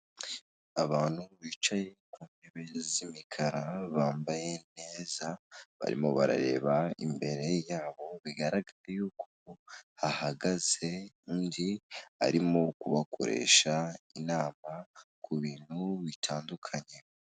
Abantu bicaye ku ntebe z'imikara, bambaye neza, barimo barareba imbere yabo, bigaragara yuko hahagaze undi, arimo kubakoresha inama ku bintu bitandukanye.